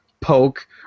poke